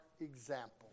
example